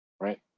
right